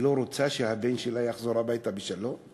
לא רוצה שהבן שלה יחזור הביתה בשלום?